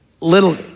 little